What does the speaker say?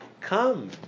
come